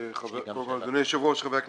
אדוני היושב ראש, חברי הכנסת,